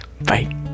Bye